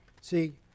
see